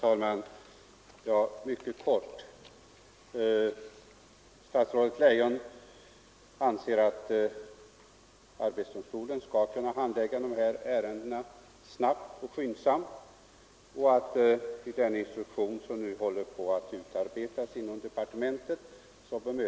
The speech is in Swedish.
Herr talman! Statsrådet Leijon säger att arbetsdomstolen skall kunna handlägga dessa ärenden snabbt och skyndsamt och att man bemödar sig om detta i den instruktion som nu håller på att utarbetas inom departementet.